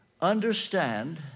Understand